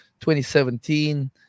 2017